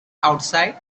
outside